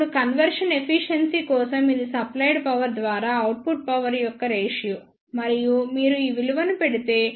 ఇప్పుడు conversion efficiency కోసం ఇది సప్లైయిడ్ పవర్ ద్వారా అవుట్పుట్ పవర్ యొక్క రేషియో మరియు మీరు ఈ విలువలను పెడితే రేషియో π 4 గా వస్తుంది